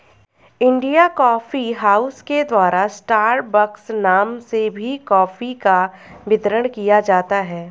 India Coffee House के द्वारा Starbucks नाम से भी कॉफी का वितरण किया जाता है